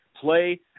play